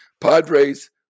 Padres